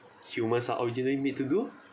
humans are originally need to do